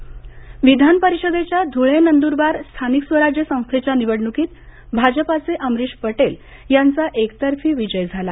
ध्ळे निवडणुक विधान परिषदेच्या धुळे नंद्रबार स्थानिक स्वराज्य संस्थेच्या निवडणुकीत भाजपाचे अमरिश पटेल यांचा एकतर्फी विजय झाला